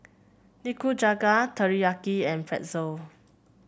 Nikujaga Teriyaki and Pretzel